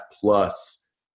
plus